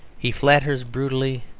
he flatters brutally.